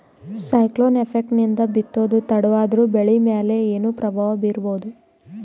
Cyclone effect ನಿಂದ ಬಿತ್ತೋದು ತಡವಾದರೂ ಬೆಳಿ ಮೇಲೆ ಏನು ಪ್ರಭಾವ ಬೀರಬಹುದು?